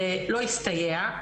זה לא הסתייע,